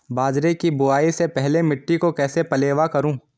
बाजरे की बुआई से पहले मिट्टी को कैसे पलेवा करूं?